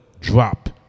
drop